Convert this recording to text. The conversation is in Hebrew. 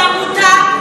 היא עמותה,